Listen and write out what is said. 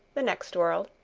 the next world,